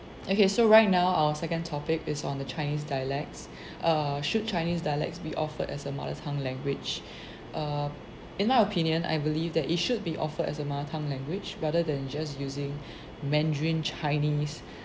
okay so right now our second topic is on the chinese dialects err should chinese dialects be offered as a mother tongue language err in my opinion I believe that it should be offered as a mother tongue language rather than just using mandarin chinese